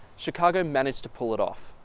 chicago managed to pull it off.